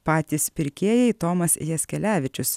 patys pirkėjai tomas jaskelevičius